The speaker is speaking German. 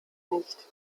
nicht